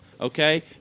Okay